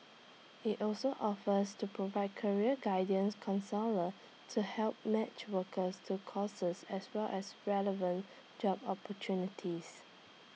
IT also offers to provide career guidance counsellor to help match workers to courses as well as relevant job opportunities